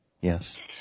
Yes